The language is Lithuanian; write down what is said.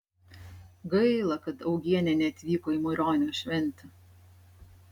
gaila kad augienė neatvyko į maironio šventę